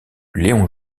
léon